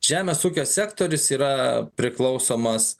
žemės ūkio sektorius yra priklausomas